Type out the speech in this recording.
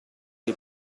dei